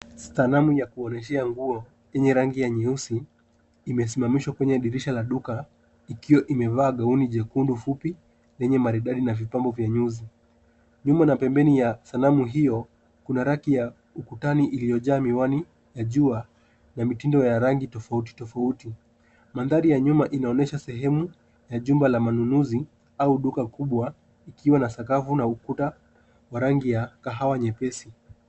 Sanamu ya kuonyeshea nguo yenye rangi ya nyeusi imesimamishwa kwenye dirisha la duka ikiwa imevaa gauni nyekundu fupi lenye maridadi na vipimo vya nyuzi ,nyuma na pembeni ya sanamu hiyo kuna rangi ya mkutano iliyojaa miwani ya jua ya mitindo ya rangi tofauti tofauti, mandhari ya nyuma inaonyesha sehemu ya jumba la manunuzi au duka kubwa ikiwa na sakafu na ukuta wa rangi ya kahawa nyepesi.